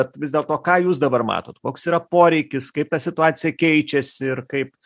bet vis dėlto ką jūs dabar matot koks yra poreikis kaip ta situacija keičiasi ir kaip